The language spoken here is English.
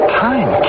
time